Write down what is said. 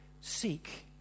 seek